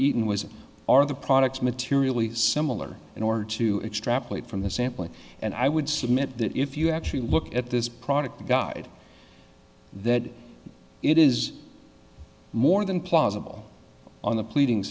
even was are the products materially similar in order to extrapolate from the sampling and i would submit that if you actually look at this product guide that it is more than plausible on the pleading